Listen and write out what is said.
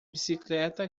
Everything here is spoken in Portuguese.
bicicleta